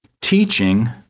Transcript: teaching